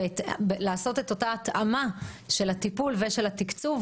לעשות את אותה התאמה של הטיפול ושל התקצוב,